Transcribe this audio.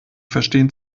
verstehen